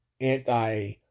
anti